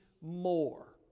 more